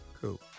Cool